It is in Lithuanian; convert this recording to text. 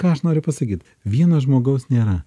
ką aš noriu pasakyt vieno žmogaus nėra